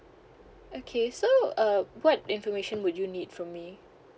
okay so uh what information would you need from me